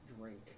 drink